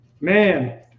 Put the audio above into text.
Man